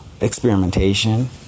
experimentation